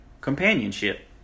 companionship